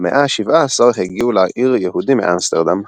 במאה ה-17 הגיעו לעיר יהודים מאמסטרדם.